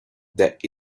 that